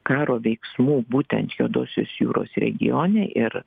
karo veiksmų būtent juodosios jūros regione ir